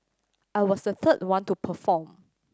I was the third one to perform